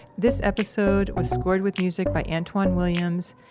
this episode was scored with music by antwan williams,